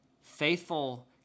faithful